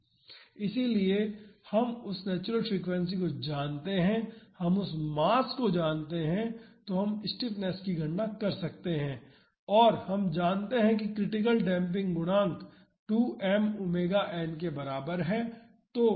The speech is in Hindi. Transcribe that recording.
इसलिए हम उस नेचुरल फ्रीक्वेंसी को जानते हैं हम मास जानते हैं तो हम स्टिफनेस की गणना कर सकते हैं और हम जानते हैं कि क्रिटिकल डेम्पिंग गुणांक 2 m⍵n के बराबर है